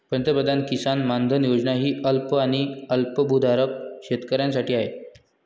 पंतप्रधान किसान मानधन योजना ही अल्प आणि अल्पभूधारक शेतकऱ्यांसाठी आहे